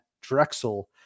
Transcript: Drexel